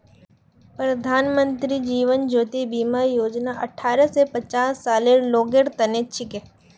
प्रधानमंत्री जीवन ज्योति बीमा योजना अठ्ठारह स पचास सालेर लोगेर तने छिके